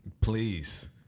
Please